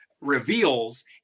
reveals